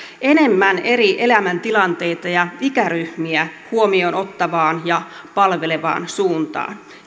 enemmän eri elämäntilanteita ja ikäryhmiä huomioon ottavaan ja palvelevaan suuntaan